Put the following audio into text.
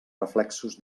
reflexos